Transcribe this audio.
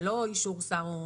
זה לא אישור שר.